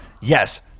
yes